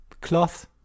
cloth